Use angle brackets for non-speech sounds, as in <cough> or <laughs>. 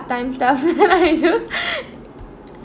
time stuff that I do <laughs>